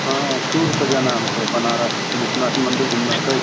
हाँ टूर पर जाना है हमको बनारस विश्वनाथ मंदिर घूमना है कैसे